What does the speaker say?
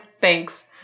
thanks